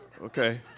Okay